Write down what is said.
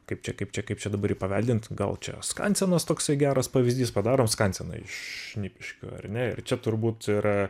kaip čia kaip čia kaip čia dabar įpaveldint gal čia skansenas toksai geras pavyzdys padarom skanseną iš šnipiškių ar ne ir čia turbūt yra